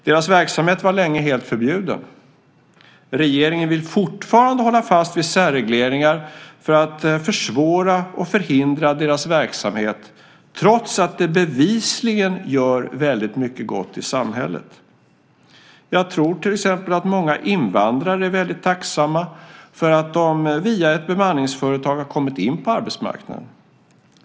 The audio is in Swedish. Deras verksamhet var länge helt förbjuden. Regeringen vill fortfarande hålla fast vid särregleringar för att försvåra och förhindra deras verksamhet trots att de bevisligen gör mycket gott i samhället. Jag tror till exempel att många invandrare är tacksamma för att de via ett bemanningsföretag har kommit in på arbetsmarknaden.